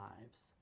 lives